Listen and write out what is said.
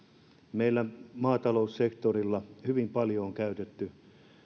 meillä maataloussektorilla on hyvin paljon käytetty